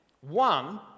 One